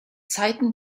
zeiten